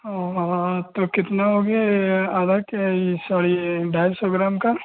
तो कितना हो गया आधा के सॉरी ढाइ सौ ग्राम का